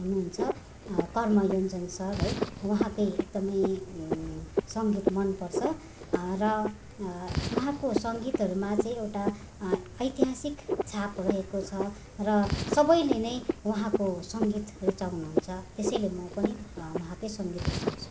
हुनुहुन्छ कर्म योन्जन सर है उहाँकै एकदमै सङ्गीत मन पर्छ र उहाँको सङ्गीतहरूमा चाहिँ एउटा ऐतिहासिक छाप रहेको छ र सबैले नै उहाँको सङ्गीत रुचाउनुहुन्छ त्यसैले म पनि उहाँकै सङ्गीत रुचाउँछु